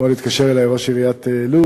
אתמול התקשר אלי ראש עיריית לוד,